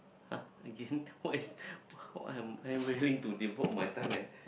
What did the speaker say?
!huh! again what is what am I willing to devote my time and